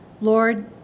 Lord